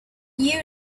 you